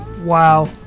Wow